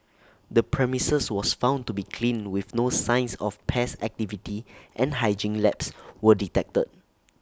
the premises was found to be clean with no signs of pest activity and hygiene lapse were detected